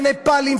ונפאלים,